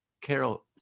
carol